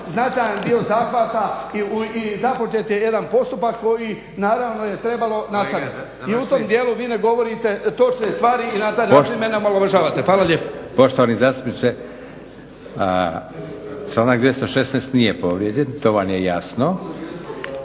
značajan dio zahvata i započet je jedan postupak koji naravno je trebalo nastaviti. I u tom dijelu ne govorite točne stvari i na taj način mene omalovažavate. Hvala lijepo. **Leko, Josip (SDP)** Poštovani zastupniče, članak 216. nije povrijeđen to vam je jasno.